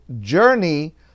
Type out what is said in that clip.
journey